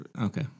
Okay